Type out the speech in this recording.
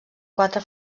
quatre